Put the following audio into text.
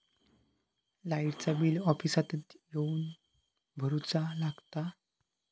लाईटाचा बिल ऑफिसातच येवन भरुचा लागता?